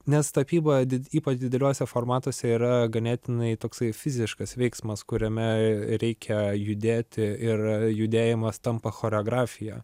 nes tapyba ypač dideliuose formatuose yra ganėtinai toksai fiziškas veiksmas kuriame reikia judėti ir judėjimas tampa choreografija